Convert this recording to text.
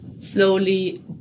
slowly